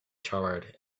charred